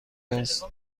است